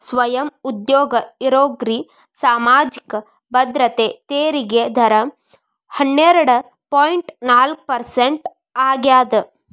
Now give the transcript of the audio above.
ಸ್ವಯಂ ಉದ್ಯೋಗ ಇರೋರ್ಗಿ ಸಾಮಾಜಿಕ ಭದ್ರತೆ ತೆರಿಗೆ ದರ ಹನ್ನೆರಡ್ ಪಾಯಿಂಟ್ ನಾಲ್ಕ್ ಪರ್ಸೆಂಟ್ ಆಗ್ಯಾದ